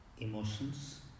emotions